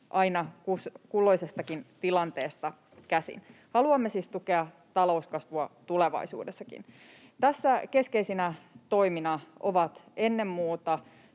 aina kulloisestakin tilanteesta käsin. Haluamme siis tukea talouskasvua tulevaisuudessakin. Tässä keskeisenä toimena on ennen muuta